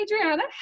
Adriana